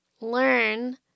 learn